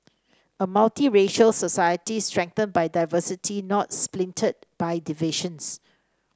a multiracial society strengthened by diversity not splintered by divisions